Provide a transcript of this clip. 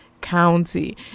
County